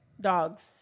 Dogs